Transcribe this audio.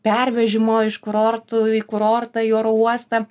pervežimo iš kurortų į kurortą į oro uostą